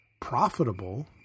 profitable